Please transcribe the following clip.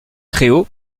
créault